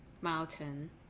mountain